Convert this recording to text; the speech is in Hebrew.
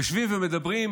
יושבים ומדברים,